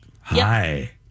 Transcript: Hi